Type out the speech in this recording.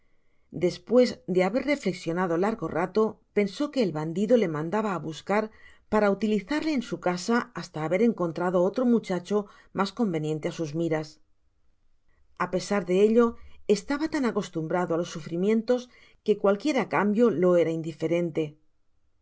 despues de haber reflecsionado largo rato pensó que el bandido le mandaba á buscar para utilizarle en su casa hasta haber encontrado otro muchacho mas conveniente á sus miras a pesar de ello estaba tan acostumbrado á los sufrimientos que cualquiera cambio lo era indiferente